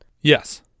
yes